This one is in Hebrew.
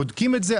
בודקים את זה,